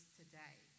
today